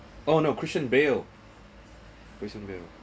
oh no christian bale christian bale